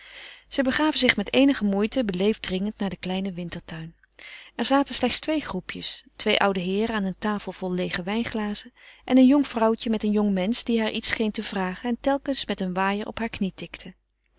zij begaven zich met eenige moeite beleefd dringend naar den kleinen wintertuin er zaten slechts twee groepjes twee oude heeren aan een tafel vol leêge wijnglazen en een jong vrouwtje met een jongmensch die haar iets scheen te vragen en telkens met een waaier op heur knie tikte